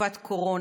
בתקופת קורונה.